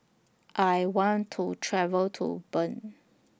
I want to travel to Bern